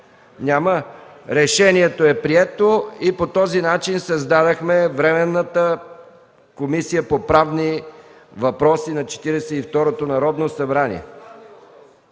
няма. Решението е прието и по този начин създадохме Временната комисия по правни въпроси на Четиридесет